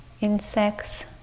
insects